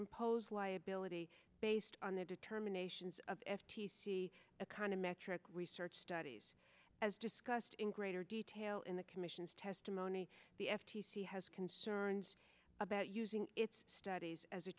impose liability based on the determinations of f t c econometric research studies as discussed in greater detail in the commission's testimony the f t c has concerns about using its studies as a